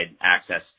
access